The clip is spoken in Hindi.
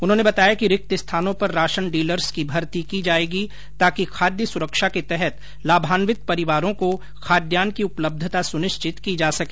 उन्होंने बताया कि रिक्त स्थानों पर राशन डीलर्स की भर्ती की जाएगी ताकि खाद्य सुरक्षा के तहत लाभान्वित परिवारों को खाद्यान्न की उपलब्धता सुनिश्चित की जा सके